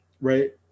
right